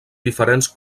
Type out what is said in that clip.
diferents